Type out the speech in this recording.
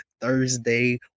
Thursday